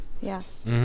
Yes